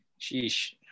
Sheesh